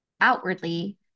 outwardly